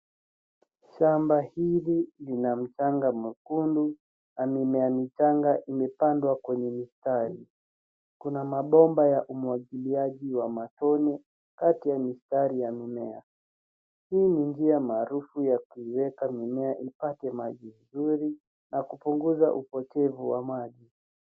Shamba hili lina mchanga mwekundu na mimea michanga imepandwa kwenye mistari. Kuna mabomba ya umwagiliaji wa matone kati ya mistari ya mimea. Hii ni njia maarufu ya kuiweka mimea ipate maji mzuri na kupunguza upotevu wa maji.